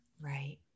Right